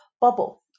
bubble